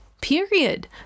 period